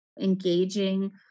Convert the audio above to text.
engaging